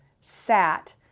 sat